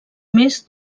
més